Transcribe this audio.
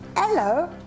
Hello